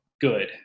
good